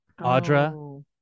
Audra